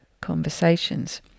conversations